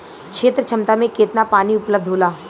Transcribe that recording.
क्षेत्र क्षमता में केतना पानी उपलब्ध होला?